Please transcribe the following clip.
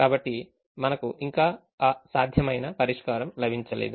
కాబట్టి మనకు ఇంకా ఆ సాధ్యమైన పరిష్కారం లభించలేదు